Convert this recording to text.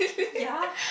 ya